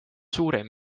suurem